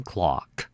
Clock